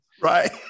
Right